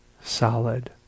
solid